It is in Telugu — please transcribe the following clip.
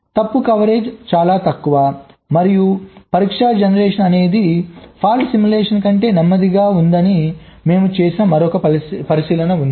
తప్పు కవరేజ్ చాలా తక్కువ మరియు పరీక్షా జనరేషన్ అనేది తప్పు అనుకరణ కంటే నెమ్మదిగా ఉందని మేము చేసిన మరొక పరిశీలన ఉంది